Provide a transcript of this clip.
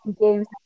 games